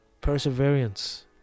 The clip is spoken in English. perseverance